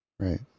Right